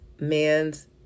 man's